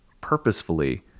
purposefully